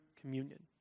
communion